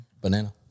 Banana